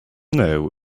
know